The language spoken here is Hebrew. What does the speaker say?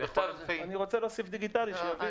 אני רוצה להוסיף דיגיטאלי, שיבינו.